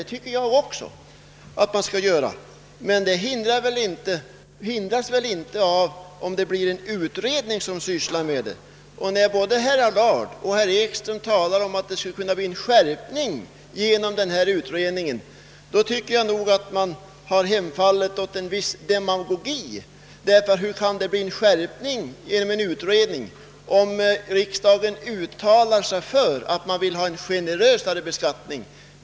Det tycker jag också, men sådana resonemang hindras väl inte av att en utredning arbetar samtidigt. När både herr Allard och herr Ekström talar om att en utredning skulle kunna leda till en skärpning av bestämmelserna tycker jag att de hemfal ler åt demagogi. Inte kan en utredning leda till en skärpning, om riksdagen uttalar att man vill ha en generösare beskattning!